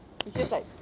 it's just like